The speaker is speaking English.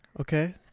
okay